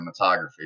cinematography